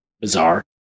bizarre